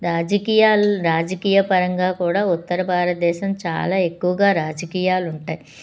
రాజకీయాల రాజకీయ పరంగా కూడా ఉత్తర భారతదేశం చాలా ఎక్కువగా రాజకీయాలు ఉంటాయి